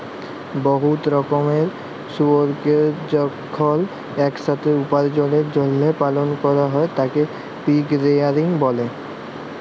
বহুত রকমের শুয়রকে যখল ইকসাথে উপার্জলের জ্যলহে পালল ক্যরা হ্যয় তাকে পিগ রেয়ারিং ব্যলে